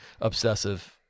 obsessive